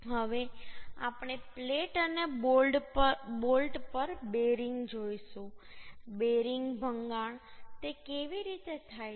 હવે આપણે પ્લેટ અને બોલ્ટ પર બેરિંગ જોઈશું બેરિંગ ભંગાણ તે કેવી રીતે થાય છે